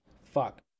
fuck